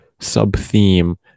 sub-theme